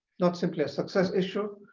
not simply a success issue,